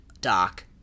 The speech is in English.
Doc